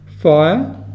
fire